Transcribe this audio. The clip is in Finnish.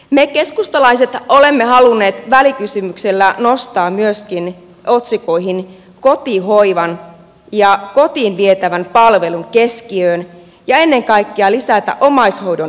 me keskustalaiset olemme halunneet välikysymyksellä nostaa otsikoihin kotihoivan ja kotiin vietävän palvelun ja ennen kaikkea lisätä omaishoidon arvostusta